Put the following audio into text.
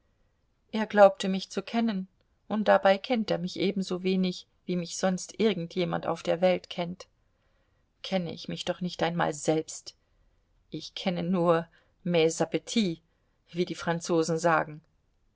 er glaubte mich zu kennen und dabei kennt er mich ebensowenig wie mich sonst irgend jemand auf der welt kennt kenne ich mich doch nicht einmal selbst ich kenne nur mes apptits wie die franzosen sagen